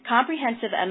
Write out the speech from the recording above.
Comprehensive